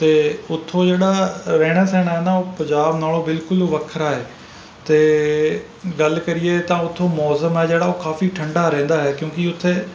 ਅਤੇ ਉੱਥੋਂ ਜਿਹੜਾ ਰਹਿਣਾ ਸਹਿਣਾ ਹੈ ਨਾ ਉਹ ਪੰਜਾਬ ਨਾਲੋਂ ਬਿਲਕੁਲ ਵੱਖਰਾ ਹੈ ਅਤੇ ਗੱਲ ਕਰੀਏ ਤਾਂ ਉੱਥੇ ਮੌਸਮ ਆ ਜਿਹੜਾ ਉਹ ਕਾਫੀ ਠੰਢਾ ਰਹਿੰਦਾ ਹੈ ਕਿਉਂਕਿ ਉੱਥੇ